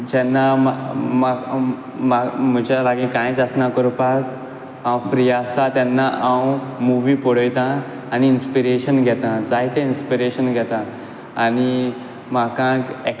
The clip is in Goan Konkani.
जेन्ना म्हज्या लागीं कांयच आसना करपाक हांव फ्री आसता तेन्ना हांव मुवी पळयतां आनी इन्सपिरेशन घेतां जायतें इन्सपिरेशन घेतां आनी म्हाका